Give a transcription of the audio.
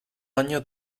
año